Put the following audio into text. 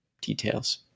details